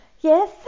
Yes